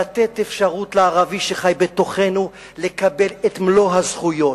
לתת אפשרות לערבי שחי בתוכנו לקבל את מלוא הזכויות,